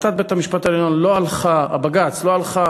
החלטת בית-המשפט העליון, הבג"ץ, לא הלכה